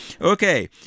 Okay